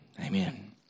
amen